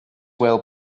well